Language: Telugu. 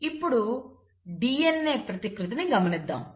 ఇప్పుడు DNA ప్రతికృతిని గమనిద్దాం